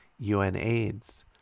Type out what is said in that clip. UNAIDS